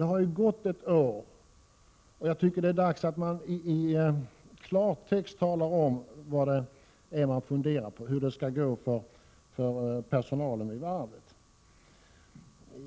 Det har nu alltså gått ett år, och jag tycker att det är dags att regeringen i klartext talar om vad det är den funderar på och hur det skall gå för personalen vid varvet.